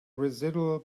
residual